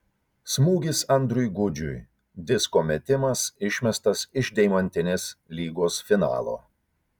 smūgis andriui gudžiui disko metimas išmestas iš deimantinės lygos finalo